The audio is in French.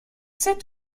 sept